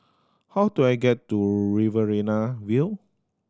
how do I get to Riverina View